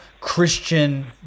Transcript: Christian